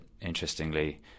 interestingly